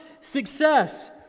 success